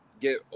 get